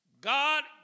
God